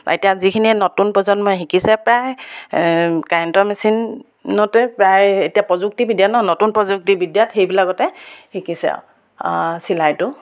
এতিয়া যিখিনি নতুন প্ৰজন্মই শিকিছে প্ৰায় কাৰেণ্টৰ মেচিনতে প্ৰায় এতিয়া প্ৰযুক্তিবিদ্যা ন নতুন প্ৰযুক্তিবিদ্যাত সেইবিলাকতে শিকিছে আৰু চিলাইটো